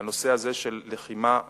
לנושא הזה של לחימה בטרור,